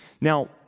Now